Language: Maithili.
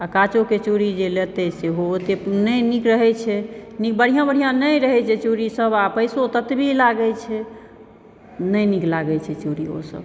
आ काँचोके चूड़ी जे लतय सेहो ओतय नहि नीक रहैत छै नी बढ़िआँ बढ़िआँ नहि रहैत छै चूड़ीसभ आ पइसो ततबी लागैत छै नहि नीक लागैत छै चूड़ी ओसभ